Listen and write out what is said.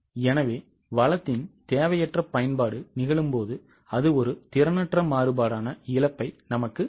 எனவே வளத்தின் தேவையற்ற பயன்பாடு நிகழும்போது அது ஒரு திறனற்ற மாறுபாடான இழப்பை நமக்குத் தருகிறது